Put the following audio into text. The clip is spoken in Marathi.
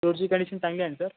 रोडची कंडीशन चांगली आहे ना सर